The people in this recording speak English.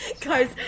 guys